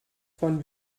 von